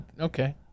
Okay